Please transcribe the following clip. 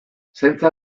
zaintza